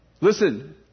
Listen